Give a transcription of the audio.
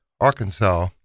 arkansas